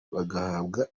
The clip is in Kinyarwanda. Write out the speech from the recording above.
bagahabwa